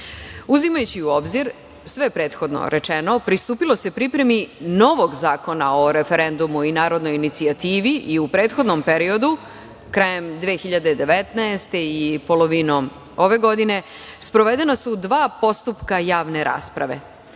donošenje. Uzimajući u obzir sve prethodno rečeno, pristupilo se pripremi novog zakona o referendumu i narodnoj inicijativi i u prethodnom periodu, krajem 2019. godine i polovinom ove godine, sprovedena su dva postupka javne rasprave,